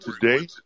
today